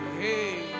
hey